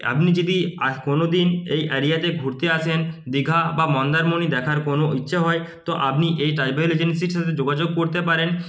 আপনি যদি আর কোনোদিন এই এরিয়াতে ঘুরতে আসেন দিঘা বা মন্দারমণি দেখার কোনও ইচ্ছে হয় তো আপনি এই ট্রাভেল এজেন্সির সাথে যোগাযোগ করতে পারেন